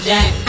Jack